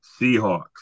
Seahawks